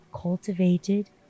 cultivated